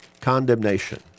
condemnation